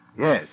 Yes